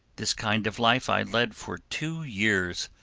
this kind of life i led for two years,